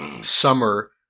summer